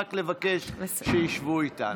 רק לבקש שישבו איתנו,